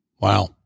Wow